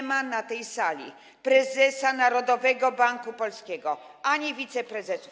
Nie ma na tej sali prezesa Narodowego Banku Polskiego ani wiceprezesów.